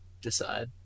decide